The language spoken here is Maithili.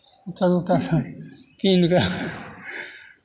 चलू तऽ कीनि कऽ